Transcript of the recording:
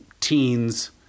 teens